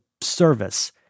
service